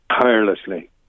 tirelessly